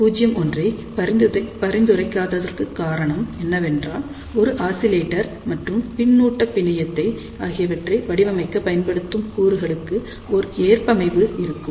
01 ஐ பரிந்துரைக்காததற்கான காரணம் என்னவென்றால் ஒரு ஆசிலேட்டர் மற்றும் பின்னூட்ட பிணையம் ஆகியவற்றை வடிவமைக்க பயன்படுத்தும் கூறுகளுக்கு ஒரு ஏற்பமைவு இருக்கும்